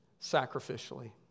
Sacrificially